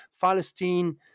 Palestine